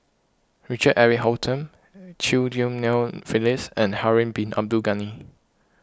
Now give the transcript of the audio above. Richard Eric Holttum Chew Ghim Lian Phyllis and Harun Bin Abdul Ghani